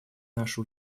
наши